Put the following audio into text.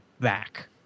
back